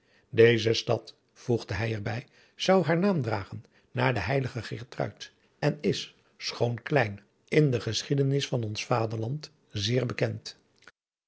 deze stad voegde hij er bij zou haar naam dragen naar de heilige geertruid en is schoon klein in de geschiedenis van ons vaderland zeer bekend